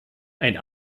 ein